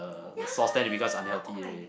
ya oh my g~